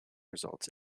results